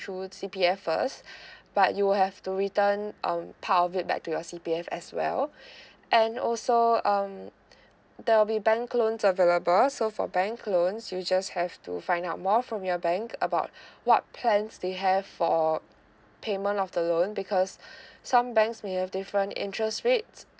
through C_P_F first but you will have to return um part of it back to your C_P_F as well and also so um there will be bank loan available so for bank loans you just have to find out more from your bank about what plans they have for payment of the loan because some banks may have different interest rate